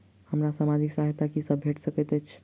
हमरा सामाजिक सहायता की सब भेट सकैत अछि?